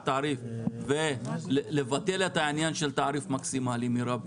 תעריף ולבטל את העניין של תעריף מקסימלי מירבי,